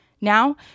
Now